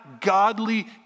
godly